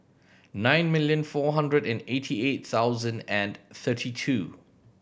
nine million four hundred and eighty eight thousand and thirty two